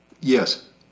yes